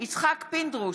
יצחק פינדרוס,